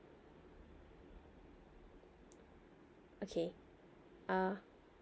okay uh